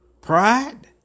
Pride